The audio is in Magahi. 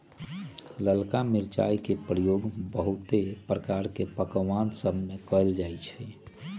ललका मिरचाई के प्रयोग बहुते प्रकार के पकमान सभमें कएल जाइ छइ